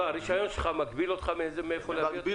הרישיון שלך מגביל אותך מאיפה לייבא?